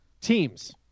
Teams